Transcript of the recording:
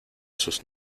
sus